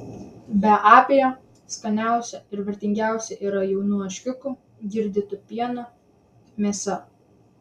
be abejo skaniausia ir vertingiausia yra jaunų ožkiukų girdytų pienu mėsa